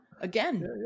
Again